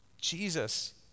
Jesus